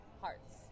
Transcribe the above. hearts